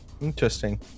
Interesting